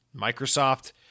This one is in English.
Microsoft